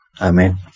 Amen